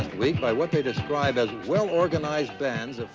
week by what they describe as well-organized bands